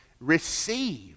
Receive